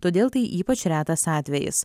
todėl tai ypač retas atvejis